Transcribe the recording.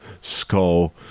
skull